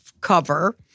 cover